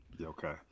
okay